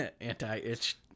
anti-itch